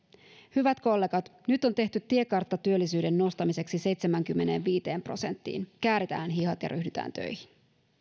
hyvät kollegat nyt on tehty tiekartta työllisyyden nostamiseksi seitsemäänkymmeneenviiteen prosenttiin kääritään hihat ja ryhdytään töihin